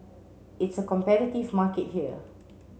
it's a competitive market here